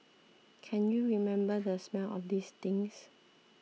can you remember the smell of these things